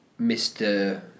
Mr